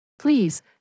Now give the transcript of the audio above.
Please